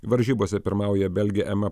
varžybose pirmauja belgė ema